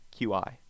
qi